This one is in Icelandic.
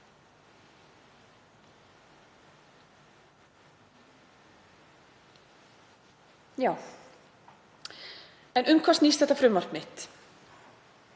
En um hvað snýst þetta frumvarp mitt?